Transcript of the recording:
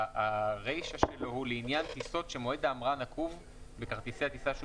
שהרישא שלו היא לעניין טיסות שמועד ההמראה נקוב בכרטיסי הטיסה,